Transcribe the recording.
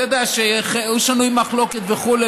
אתה יודע שהוא שנוי במחלוקת וכו',